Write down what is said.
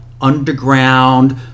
underground